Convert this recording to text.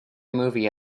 movie